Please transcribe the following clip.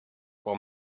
while